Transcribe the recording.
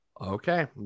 Okay